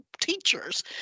teachers